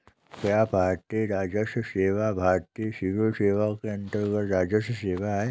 क्या भारतीय राजस्व सेवा भारतीय सिविल सेवा के अन्तर्गत्त राजस्व सेवा है?